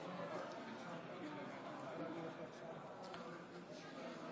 כמה מכם יודעים שיש שתי חברות זכייניות שמפעילות את כביש 6?